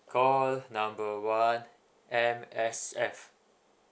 call number one M_S_F